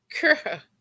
Girl